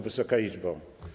Wysoka Izbo!